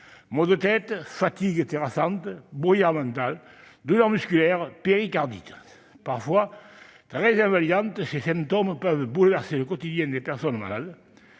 maux de tête, fatigue terrassante, « brouillard mental », douleurs musculaires, péricardites, etc. Parfois très invalidants, ces symptômes peuvent bouleverser le quotidien des personnes malades.